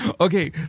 Okay